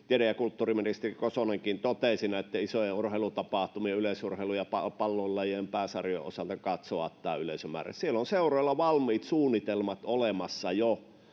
tiede ja kulttuuriministeri kosonenkin totesi isojen urheilutapahtumien yleisurheilun ja palloilulajien pääsarjojen osalta katsoa tämä yleisömäärä siellä on seuroilla valmiit suunnitelmat jo olemassa